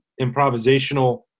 improvisational